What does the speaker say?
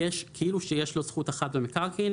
כאילו שיש לו זכות אחת במקרקעין.